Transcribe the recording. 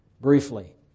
briefly